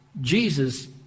Jesus